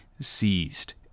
seized